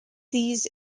these